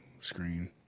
screen